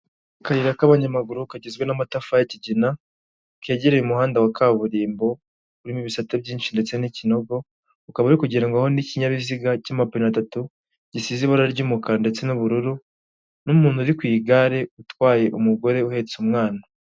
Intebe nziza ikoze neza, iyi ukaba wayitunga mu rugo, ndetse mu mahoteli bashobora kuyitunga no mu maresitora n'ahandi hantu hatandukanye, no mu biro, hanyuma ikaba yagira umumaro wo kuyicaraho.